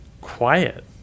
quiet